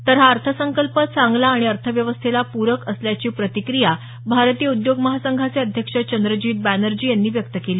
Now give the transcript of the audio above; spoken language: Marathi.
तर हा अर्थसंकल्प चांगला आणि अर्थव्यवस्थेला प्रक असल्याची प्रतिक्रिया भारतीय उद्योग महासंघाचे अध्यक्ष चंद्रजीत बॅनर्जी यांनी व्यक्त केली